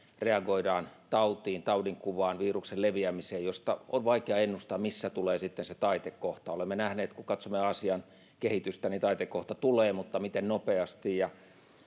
reagoidaan tautiin taudinkuvaan viruksen leviämiseen josta on vaikea ennustaa missä tulee sitten se taitekohta olemme nähneet kun katsomme aasian kehitystä että taitekohta tulee mutta miten nopeasti ja